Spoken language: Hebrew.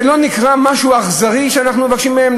זה לא נקרא משהו אכזרי, שאנחנו מבקשים מהם?